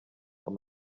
ayo